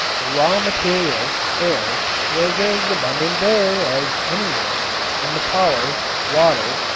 the raw material, air, was as abundant there as anywhere and the power, water,